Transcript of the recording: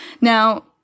now